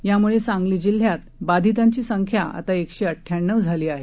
यामुळे सांगली जिल्ह्यात बाधितांची संख्या आता एकशे अड्याण्णव झाली आहे